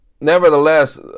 nevertheless